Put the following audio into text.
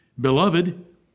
beloved